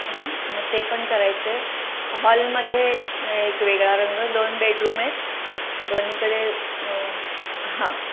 हां मग ते पण करायचं आहे हॉलमध्ये एक वेगळा रंग दोन बेडरूम आहेत दोन्हीकडे हां